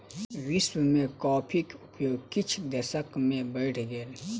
विश्व में कॉफ़ीक उपयोग किछ दशक में बैढ़ गेल